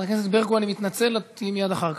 הכנסת ברקו, אני מתנצל, את תהיי מייד אחר כך.